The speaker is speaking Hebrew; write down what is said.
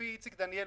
לפי איציק דניאל,